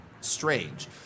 strange